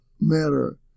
matter